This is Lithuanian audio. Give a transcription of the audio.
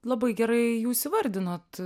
labai gerai jūs įvardinot